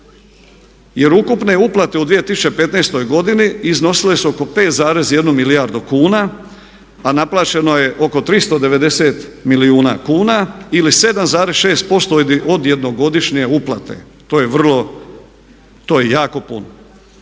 Jer ukupne uplate u 2015. godini iznosile su oko 5,1 milijardu kuna a naplaćeno je oko 390 milijuna kuna ili 7,6% od jednogodišnje uplate, to je vrlo, to